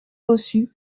bossu